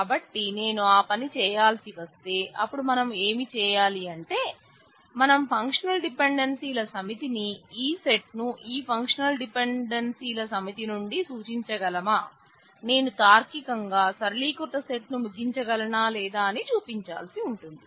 కాబట్టి నేను ఆ పని చేయాల్సి వస్తే అప్పుడు మనం ఏమి చేయాలి అంటే మనము ఫంక్షనల్ డిపెండెన్సీల సమితిని ఈ సెట్ ను ఈ ఫంక్షనల్ డిపెండెన్సీల సమితి నుండి సూచించగలమా నేను తార్కికంగా సరళీకృత సెట్ ను ముగించగలనా లేదా అని చూపించాల్సి ఉంటుంది